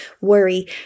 worry